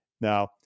Now